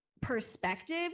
perspective